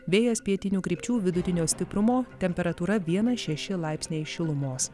vėjas pietinių krypčių vidutinio stiprumo temperatūra vienas šeši laipsniai šilumos